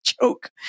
joke